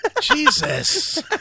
Jesus